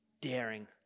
daring